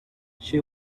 she